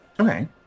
Okay